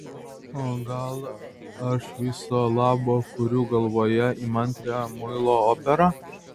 o gal aš viso labo kuriu galvoje įmantrią muilo operą